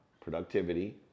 Productivity